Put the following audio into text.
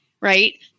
right